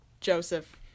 Joseph